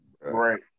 Right